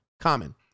common